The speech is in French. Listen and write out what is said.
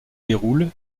déroule